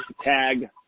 tag